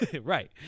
right